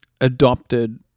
adopted